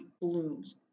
blooms